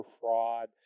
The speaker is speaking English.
fraud